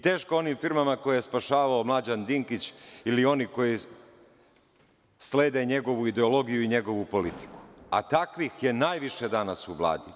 Teško onim firmama koje je spašavao Mlađan Dinkić ili oni koji slede njegovu ideologiju i njegovu politiku, a takvih je najviše danas u Vladi.